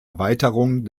erweiterung